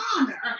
honor